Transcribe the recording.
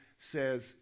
says